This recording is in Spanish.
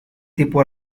tipo